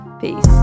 peace